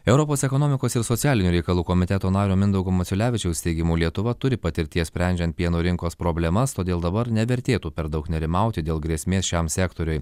europos ekonomikos ir socialinių reikalų komiteto nario mindaugo maciulevičiaus teigimu lietuva turi patirties sprendžiant pieno rinkos problemas todėl dabar nevertėtų per daug nerimauti dėl grėsmės šiam sektoriui